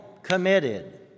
committed